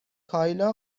کایلا